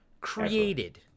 created